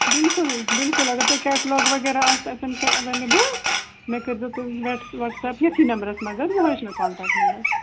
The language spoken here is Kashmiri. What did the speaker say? بلکُل بلکُل اگر تۄہہِ کٮ۪ٹلاگ وغیرہ آسہِ اَتٮ۪ن کیٚنٛہہ اٮ۪وٮ۪لیبٕل مےٚ کٔرۍزیو تُہۍ وٹٕس وَٹٕسپ ییٚتھی نمبرس مگر یِہوٚے چھُ مےٚ کانٹٮ۪کٹ نمبر